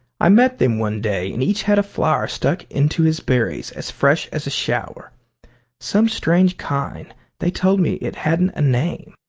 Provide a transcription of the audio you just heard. i met them one day and each had a flower stuck into his berries as fresh as a shower some strange kind they told me it hadn't a name.